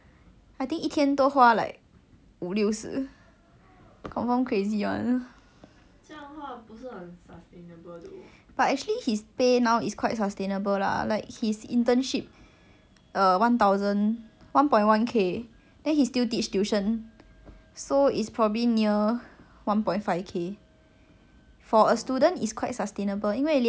but actually his pay now is quite sustainable lah like his internship err one thousand one point one K then he still teach tuition so is probably near one point five K for a student is quite sustainable 因为连我这么会花钱一个月也只是花一千块 I think 他没有这样厉害 so 应该是还可以 save lah